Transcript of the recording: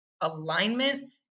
alignment